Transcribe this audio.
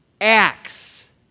acts